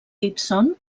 gibson